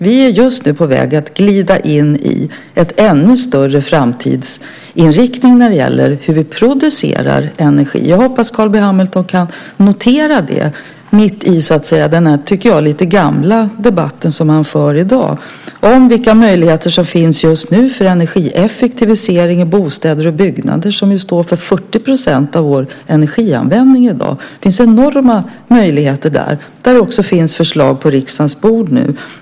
Vi är just nu på väg att glida in i en ännu större framtidsinriktning när det gäller hur vi producerar energi. Jag hoppas att Carl B Hamilton kan notera det mitt i den, tycker jag, "lite gamla" debatt som han för i dag om vilka möjligheter som finns just nu för energieffektivisering i bostäder och byggnader, som ju står för 40 % av vår energianvändning i dag. Det finns enorma möjligheter där, och där finns det också förslag på riksdagens bord.